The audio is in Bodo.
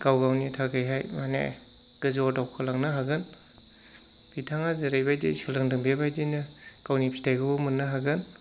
गाव गावनि थाखायहाय माने गोजौआव दावखोलांनो हागोन बिथाङा जेरैबायदि सोलोंदों बेबायदिनो गावनि फिथाइखौबो मोननो हागोन